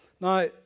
Now